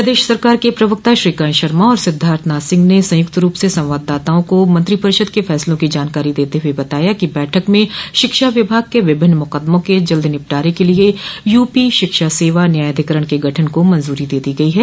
प्रदेश सरकार के प्रवक्ता श्रीकांत शर्मा और सिद्धार्थनाथ सिंह ने संयुक्त रूप से संवाददाताओं का मंत्रिपरिषद के फैसलों की जानकारी देते हुए बताया कि बैठक में शिक्षा विभाग के विभिन्न मुकदमों के जल्द निपटारे के लिए यूपी शिक्षा सेवा न्यायाधिकरण के गठन को मंजूरी दे दी गई है